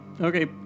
Okay